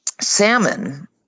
salmon